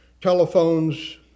telephones